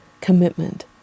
commitment